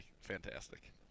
Fantastic